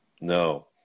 No